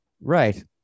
right